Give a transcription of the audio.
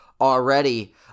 already